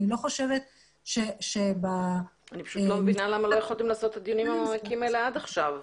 אני פשוט לא מבינה למה לא יכולתם לעשות את הדיונים האלה עד עכשיו.